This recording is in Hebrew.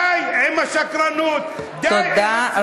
די עם השקרנות, די עם